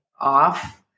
off